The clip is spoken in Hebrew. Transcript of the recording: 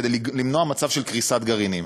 כדי למנוע מצב של קריסת גרעינים.